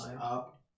up